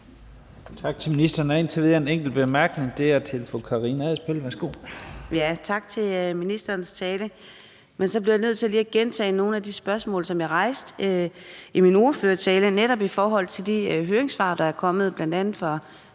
Tak til ministeren. Indtil videre er der en enkelt med en kort bemærkning, og det er fru Karina Adsbøl. Værsgo. Kl. 11:36 Karina Adsbøl (DD): Tak til ministeren for talen. Jeg bliver nødt til lige at gentage nogle af de spørgsmål, som jeg rejste i min ordførertale, netop i forhold til de høringssvar, der er kommet, bl.a. fra